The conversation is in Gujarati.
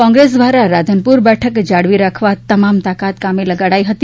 કોંગ્રેસ દ્વારા રાધનપુર બેઠક જાળવી રાખવા તમામ તાકાત કામે લગાડાઇ હતી